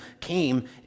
came